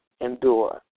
endure